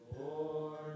Lord